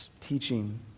teaching